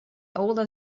older